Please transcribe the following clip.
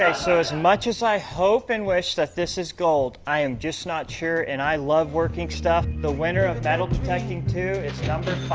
so as and much as i hope and wish that this is gold i am just not sure and i love working stuff, the winner of metal detecting two is number